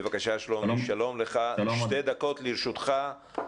שתי דקות לרשותך,